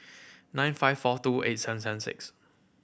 nine five four two eight seven seven six